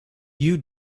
you